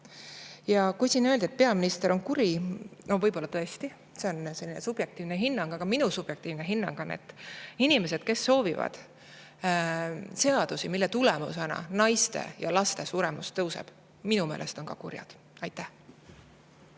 hea. Siin öeldi, et peaminister on kuri. On võib-olla tõesti, aga see on nende subjektiivne hinnang. Ent minu subjektiivne hinnang on, et inimesed, kes soovivad seadusi, mille tulemusena naiste ja laste suremus tõuseb, on minu meelest ka kurjad. Aitäh!